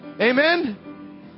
Amen